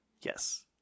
Yes